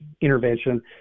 intervention